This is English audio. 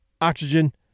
oxygen